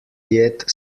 jed